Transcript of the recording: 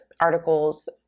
articles